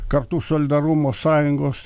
kartų solidarumo sąjungos